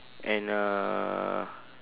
and uh